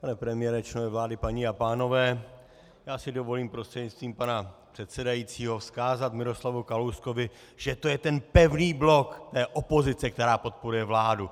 Pane premiére, členové vlády, paní a pánové, dovolím si prostřednictvím pana předsedajícího vzkázat Miroslavu Kalouskovi, že to je ten pevný blok té opozice, která podporuje vládu.